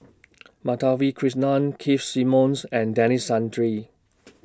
Madhavi Krishnan Keith Simmons and Denis Santry